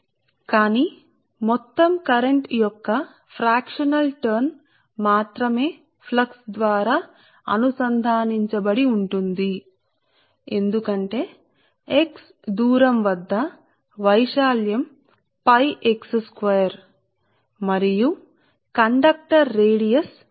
కానీ మొత్తం కరెంట్ యొక్క పాక్షికమైన మార్పు మాత్రమే ఫ్లక్స్ ద్వారా అనుసంధానించబడి ఉంటుంది ఎందుకంటే దూరం వద్ద x దూరం వద్ద వైశాల్యం ఉంటుంది మరియు కండక్టర్ వ్యాసార్థం r